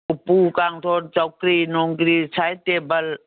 ꯎꯄꯨ ꯀꯥꯡꯊꯣꯜ ꯆꯧꯀ꯭ꯔꯤ ꯅꯨꯡꯒ꯭ꯔꯤ ꯁꯥꯏꯠ ꯇꯦꯕꯜ